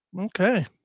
okay